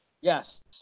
Yes